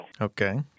Okay